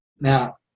Now